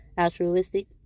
Altruistic